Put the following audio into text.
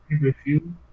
review